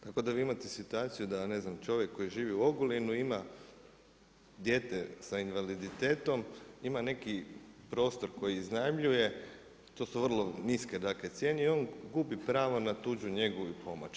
Tako da vi imate situaciju da ne znam čovjek koji živi u Ogulinu ima dijete sa invaliditetom, ima neki prostor koji iznajmljuje, to su vrlo niske dakle cijene i on gubi pravo na tuđu njegu i pomoć.